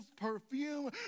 perfume